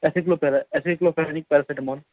ایسکلوپیرا ایسکلوپیرا یعنی پیراسیٹامول